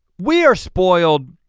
we are spoiled